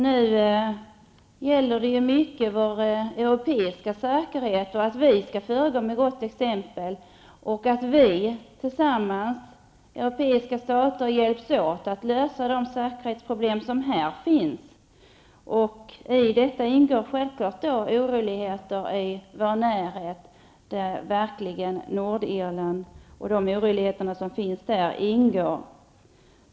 Nu handlar mycket om vår europeiska säkerhet, om att vi skall föregå med gott exempel och om att europeiska stater tillsammans skall hjälpas åt att lösa säkerhetsproblemen. I detta ingår självfallet oroligheter i vår närhet, där verkligen oroligheterna i Nordirland ingår.